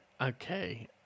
okay